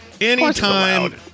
Anytime